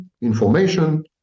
information